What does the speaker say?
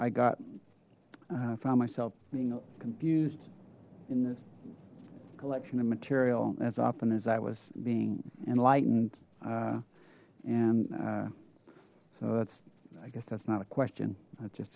i got i found myself being confused in this collection of material as often as i was being enlightened and so that's i guess that's not a question just